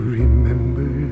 remember